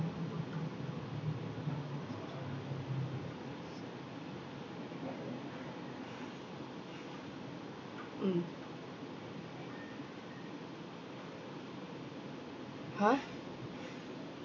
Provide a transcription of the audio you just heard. mm !huh!